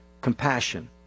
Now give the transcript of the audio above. Compassion